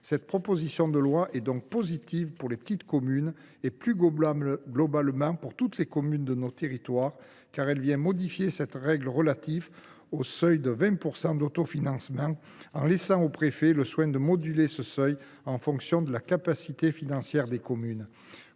Cette proposition de loi est donc positive pour les petites communes et, plus globalement, pour toutes les communes de nos territoires, car elle vient modifier cette règle relative au seuil de 20 % en laissant aux préfets le soin de moduler ce seuil en fonction de la capacité financière des communes.